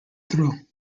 through